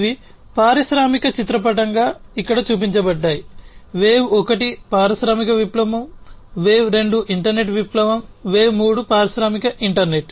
ఇవి ప్రాథమికంగా చిత్రపటంగా ఇక్కడ చూపించబడ్డాయి వేవ్ ఒకటి పారిశ్రామిక విప్లవం వేవ్ రెండు ఇంటర్నెట్ విప్లవం మరియు వేవ్ మూడు పారిశ్రామిక ఇంటర్నెట్